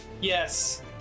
Yes